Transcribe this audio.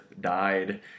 died